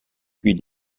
puis